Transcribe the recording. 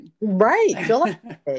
right